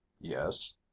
yes